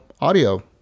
audio